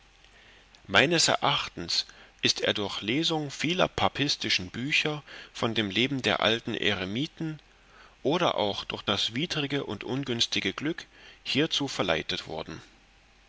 meines erachtens ist er durch lesung vieler papistischen bücher von dem leben der alten eremiten oder auch durch das widrige und ungünstige glück hierzu verleitet worden